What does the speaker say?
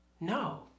No